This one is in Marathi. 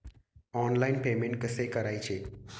ऑनलाइन पेमेंट कसे करायचे?